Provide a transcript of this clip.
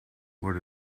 what